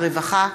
הרווחה והבריאות.